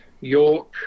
York